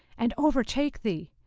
and overtake thee,